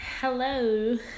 hello